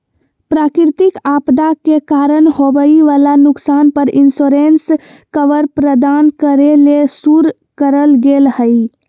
प्राकृतिक आपदा के कारण होवई वला नुकसान पर इंश्योरेंस कवर प्रदान करे ले शुरू करल गेल हई